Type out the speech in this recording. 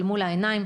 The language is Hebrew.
אל מול העיניים.